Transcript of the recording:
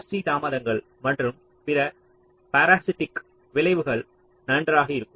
C தாமதங்கள் மற்றும் பிற பார்ஸிட்டிக்ஸ் விளைவுகள் நன்றாக இருக்கும்